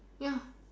ya